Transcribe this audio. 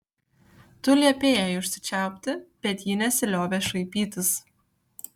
tu liepei jai užsičiaupti bet ji nesiliovė šaipytis